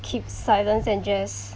keep silent and just